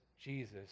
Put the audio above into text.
Jesus